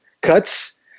cuts